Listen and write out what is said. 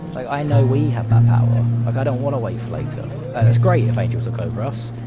i know we have that power. like, i don't want to wait for later. it's great if angels look over us,